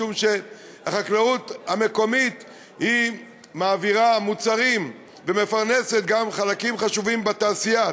משום שהחקלאות המקומית מעבירה מוצרים ומפרנסת גם חלקים חשובים בתעשייה,